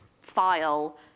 file